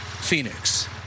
Phoenix